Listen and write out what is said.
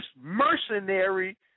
mercenary